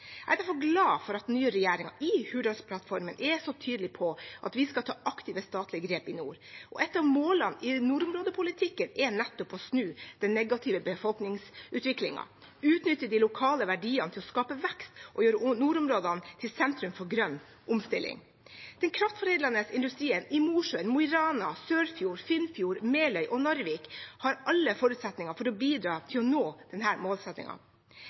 Jeg er derfor glad for at den nye regjeringen i Hurdalsplattformen er så tydelig på at vi skal ta aktive statlige grep i nord. Et av målene i nordområdepolitikken er nettopp å snu den negative befolkningsutviklingen, utnytte de lokale verdiene til å skape vekst og gjøre nordområdene til sentrum for grønn omstilling. Den kraftforedlende industrien i Mosjøen, Mo i Rana, Sørfjorden, Finnfjord, Meløy og Narvik har alle forutsetninger for å bidra til å nå